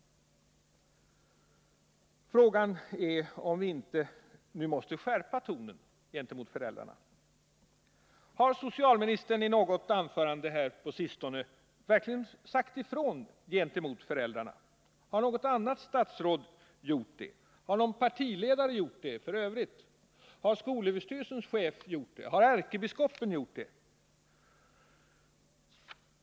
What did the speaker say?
Frågan är om vi inte nu måste skärpa tonen gentemot föräldrarna. Har socialministern i något anförande här på sistone verkligen sagt ifrån gentemot föräldrarna? Har något annat statsråd gjort det? Har någon partiledare f. ö. gjort det? Har skolöverstyrelsens chef gjort det? Har ärkebiskopen gjort det?